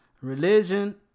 religion